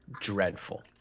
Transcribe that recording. dreadful